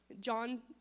John